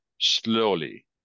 slowly